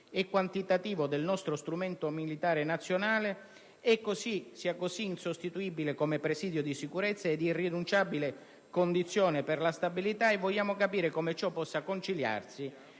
e quantitativo del nostro strumento militare nazionale è così insostituibile come presidio di sicurezza ed irrinunciabile condizione per la stabilità e vorremmo capire come ciò possa conciliarsi